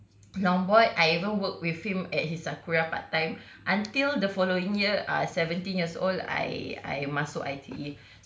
longboard I even worked with him at his Sakura part time until the following year uh seventeen years old I I masuk I_T_E